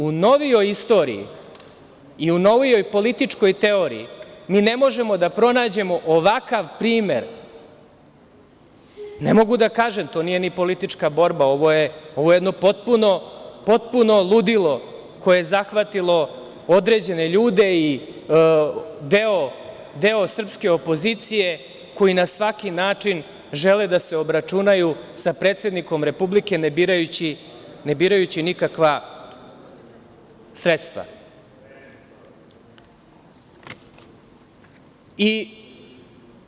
U novijoj istoriji i u novijoj političkoj teoriji mi ne možemo da pronađemo ovakav primer, ne mogu da kažem, to nije ni politička borba, ovo je jedno potpuno ludilo koje je zahvatilo određene ljude i deo srpske opozicije koji na svaki način žele da se obračunaju sa predsednikom Republike ne birajući nikakva sredstva.